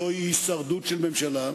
זוהי הישרדות של ממשלה.